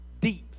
deep